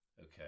Okay